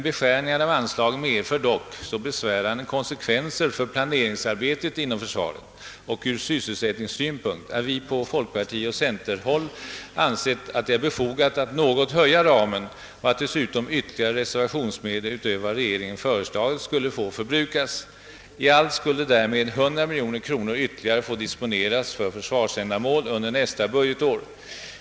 Beskärningarna av anslagen medför dock så besvärande konsekvenser för planeringsarbetet inom försvaret och från sysselsättningssynpunkt, att vi på folkpartioch centerpartihåll ansett det befogat att ramen något ökades och att dessutom ytterligare reservationsmedel utöver vad regeringen har föreslagit borde få förbrukas. I allt skulle därmed ytterligare 100 miljoner kronor få disponeras för försvarsändamål under nästa budgetår.